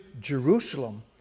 jerusalem